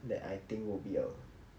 that I think would be a